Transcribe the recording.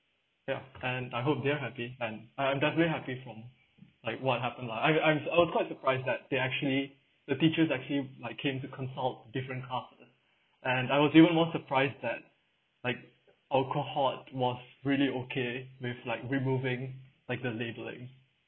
ya and I hope they are happy and I am definitely happy from like what happened lah I I'm I was quite surprised that they actually the teachers actually like came to consult different classes and I was even more surprised that like our cohort was really okay with like removing like the labelling